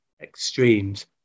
extremes